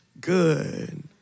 good